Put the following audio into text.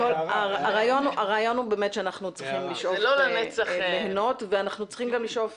הרעיון הוא שאנחנו צריכים ליהנות ואנחנו צריכים לשקם